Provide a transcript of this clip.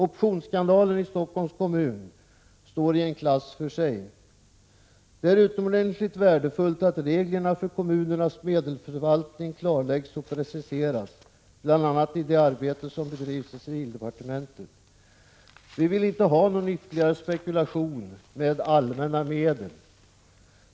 Optionsskandalen i Stockholms kommun står i en klass för sig. Det är utomordentligt värdefullt att reglerna för kommunernas medelsförvaltning klarläggs och preciseras, bl.a. i det arbete som bedrivs i civildepartementet. Vi vill inte ha någon ytterligare spekulation med allmänna medel.